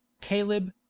Caleb